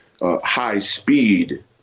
high-speed